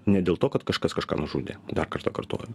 ne dėl to kad kažkas kažką nužudė dar kartą kartoju